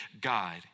God